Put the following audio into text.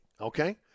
okay